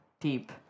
Deep